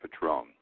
Patron